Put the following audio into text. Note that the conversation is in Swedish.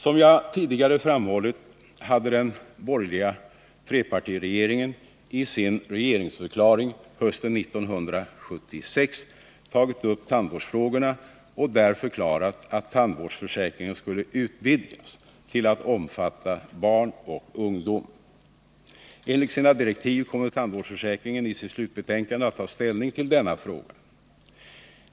Som jag tidigare framhållit hade den borgerliga trepartiregeringen i sin regeringsförklaring hösten 1976 tagit upp tandvårdsfrågorna och där förklarat att tandvårdsförsäkringen skulle utvidgas till att omfatta barn och ungdom. Enligt sina direktiv kommer tandvårdsutredningen i sitt slutbetänkande att ta ställning till denna fråga.